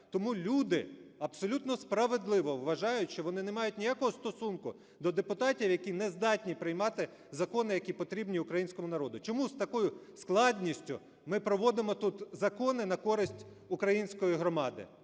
Тому люди абсолютно справедливо вважають, що вони не мають ніякого стосунку до депутатів, які не здатні приймати закони, які потрібні українському народу. Чому з такою складністю ми проводимо тут закони на користь української громади?